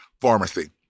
pharmacy